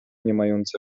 niemające